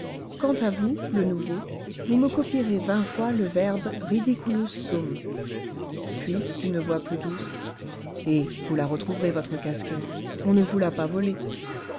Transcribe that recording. quant à vous le nouveau vous me copierez vingt fois le verbe ridiculus sum puis d'une voix plus douce eh vous la retrouverez votre casquette on ne vous l'a pas volée